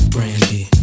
Brandy